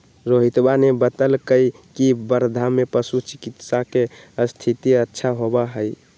रोहितवा ने बतल कई की वर्धा में पशु चिकित्सा के स्थिति अच्छा होबा हई